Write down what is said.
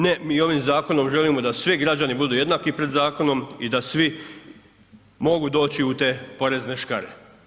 Ne, mi ovim zakonom želimo da svi građani budu jednaki pred zakonom i da svi mogu doći u te porezne škare.